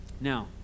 Now